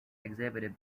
exhibit